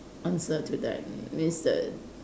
answer to that means that